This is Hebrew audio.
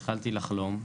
התחלתי לחלום,